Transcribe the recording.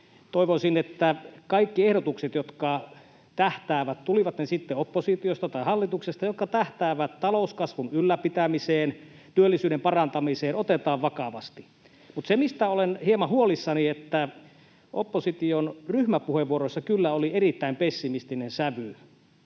toivoisin, että kaikki ehdotukset — tulivat ne sitten oppositiosta tai hallituksesta — jotka tähtäävät talouskasvun ylläpitämiseen tai työllisyyden parantamiseen, otetaan vakavasti. Mutta se, mistä olen hieman huolissani, on se, että opposition ryhmäpuheenvuorossa kyllä oli erittäin pessimistinen sävy.